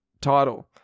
title